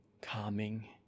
calming